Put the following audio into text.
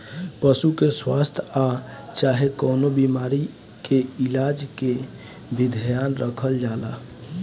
पशु के स्वास्थ आ चाहे कवनो बीमारी के इलाज के भी ध्यान रखल जाला